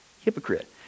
Hypocrite